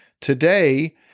Today